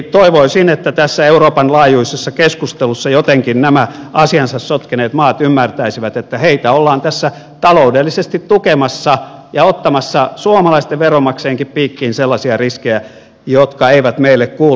toivoisin että tässä euroopan laajuisessa keskustelussa jotenkin nämä asiansa sotkeneet maat ymmärtäisivät että heitä ollaan tässä taloudellisesti tukemassa ja ottamassa suomalaistenkin veronmaksajien piikkiin sellaisia riskejä jotka eivät meille kuulu